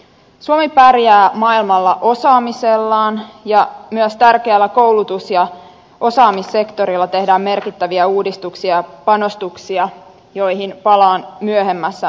suomi pärjää maailmalla osaamisellaan ja myös tärkeällä koulutus ja osaamissektorilla tehdään merkittäviä uudistuksia ja panostuksia joihin palaan myöhemmässä puheenvuorossa